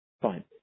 fine